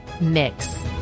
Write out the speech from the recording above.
mix